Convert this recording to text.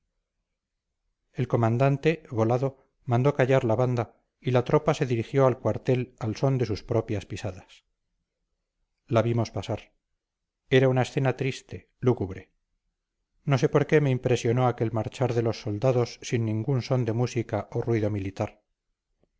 el comandante volado mandó callar la banda y la tropa se dirigió al cuartel al son de sus propias pisadas la vimos pasar era una escena triste lúgubre no sé por qué me impresionó aquel marchar de los soldados sin ningún son de música o ruido militar